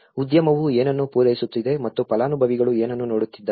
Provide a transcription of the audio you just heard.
ಉದ್ಯಮವು ಏನನ್ನು ಪೂರೈಸುತ್ತಿದೆ ಮತ್ತು ಫಲಾನುಭವಿಗಳು ಏನನ್ನು ನೋಡುತ್ತಿದ್ದಾರೆ